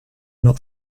not